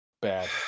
Bad